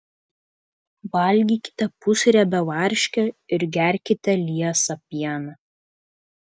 valgykite pusriebę varškę ir gerkite liesą pieną